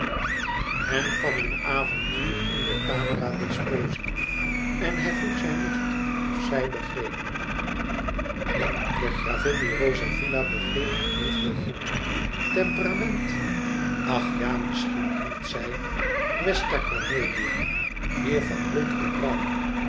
en van het avontuur in hunne camera degli sposi en hij vroeg zijn nicht of zij begreep neen de gravin di rosavilla begreep ook niet zoo heel goed temperament ach ja misschien hield zij questa cornelia meer van blond of bruin